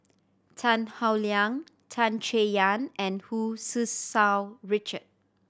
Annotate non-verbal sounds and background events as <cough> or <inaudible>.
Tan Howe Liang Tan Chay Yan and Hu <unintelligible> Richard